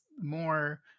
more